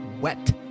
wet